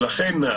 ולכן,